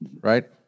right